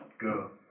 Go